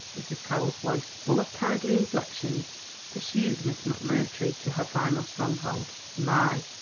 mrs. carroll's voice full of kindly inflections pursued miss mcmurtry to her final stronghold. my!